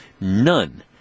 None